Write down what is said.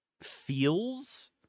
feels